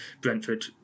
Brentford